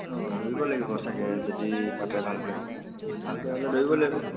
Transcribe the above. অঁ দৌৰিব লাগিব চাগে যদি পাতে ভালকৈ ভালকৈ হ'লে দৌৰিব লাগিব